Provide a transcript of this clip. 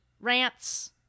rants